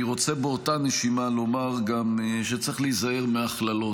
אני רוצה באותה נשימה לומר גם שצריך להיזהר מהכללות,